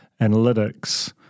analytics